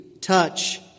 touch